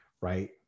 right